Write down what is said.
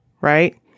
right